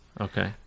Okay